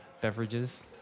beverages